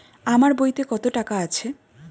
আমার বইতে কত টাকা আছে?